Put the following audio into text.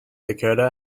dakota